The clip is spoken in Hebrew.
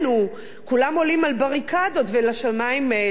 כולם עולים על בריקדות ולשמים זועקים.